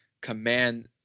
command